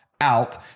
out